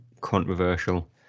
controversial